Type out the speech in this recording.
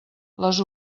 les